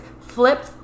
flip